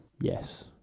Yes